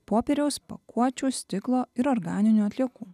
popieriaus pakuočių stiklo ir organinių atliekų